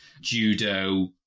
judo